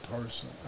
person